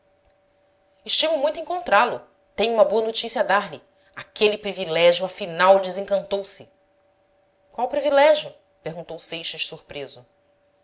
estimo muito encontrá-lo tenho uma boa notícia a dar-lhe aquele privilégio afinal desencantouse qual privilégio perguntou seixas surpreso